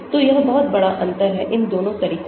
तो यह बहुत बड़ा अंतर है इन दोनों तरीकों में